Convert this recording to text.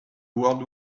world